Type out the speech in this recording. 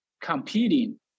competing